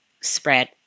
spread